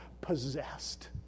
possessed